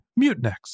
Mutinex